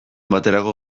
baterako